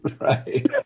Right